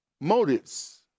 motives